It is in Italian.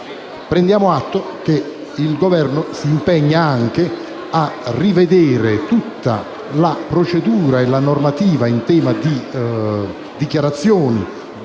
prendiamo atto che il Governo si impegna anche a rivedere la procedura e la normativa in tema di dichiarazioni